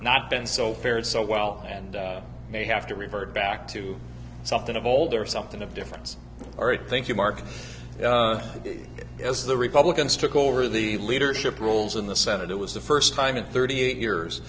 not been so fared so well and may have to revert back to something of old or something of difference all right thank you mark as the republicans took over the leadership roles in the senate it was the first time in thirty eight years